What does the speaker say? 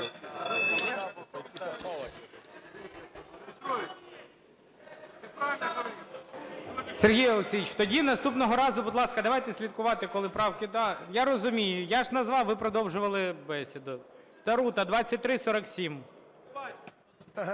Сергій Олексійович, тоді наступного разу, будь ласка, давайте слідкувати, коли правки… Я розумію. Я ж назвав, ви продовжували бесіду. Тарута, 2347.